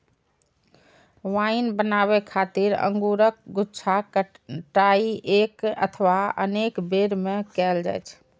wine बनाबै खातिर अंगूरक गुच्छाक कटाइ एक अथवा अनेक बेर मे कैल जाइ छै